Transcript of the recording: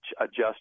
adjust